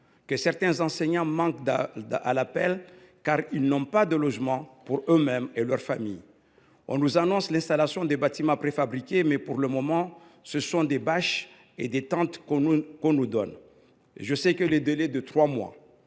de ces derniers manquent à l’appel, car ils n’ont pas de logement pour eux mêmes et leur famille. On nous annonce l’installation de bâtiments préfabriqués, mais, pour le moment, ce sont des bâches et des tentes que l’on nous donne. Je sais que le délai de trois mois